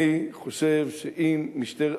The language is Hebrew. אני חושב שאם משטרת,